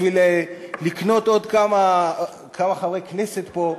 בשביל לקנות עוד כמה חברי כנסת פה,